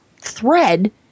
thread